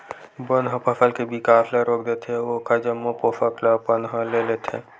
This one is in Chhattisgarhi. बन ह फसल के बिकास ल रोक देथे अउ ओखर जम्मो पोसक ल अपन ह ले लेथे